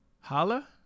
Holla